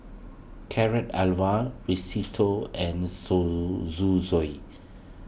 Carrot Halwa Risotto and Zosui